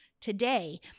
today